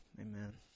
Amen